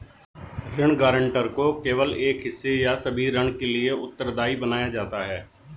ऋण गारंटर को केवल एक हिस्से या सभी ऋण के लिए उत्तरदायी बनाया जाता है